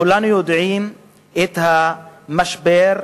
כולנו יודעים על המשבר,